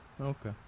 Okay